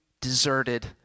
deserted